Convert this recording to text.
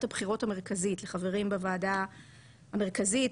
הבחירות המרכזית לחברים בוועדה המרכזית,